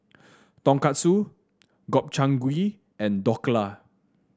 Tonkatsu Gobchang Gui and Dhokla